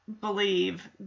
believe